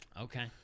Okay